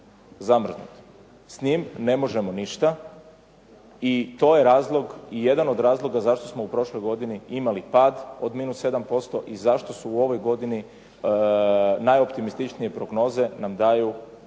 S njim ne možemo ništa i to je jedan od razloga zašto smo imali u prošloj godini imali pad od minus 7% i zašto su u ovoj godini najoptimističnije prognoze nam daju da ćemo